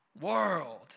world